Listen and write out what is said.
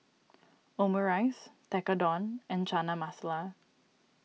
Omurice Tekkadon and Chana Masala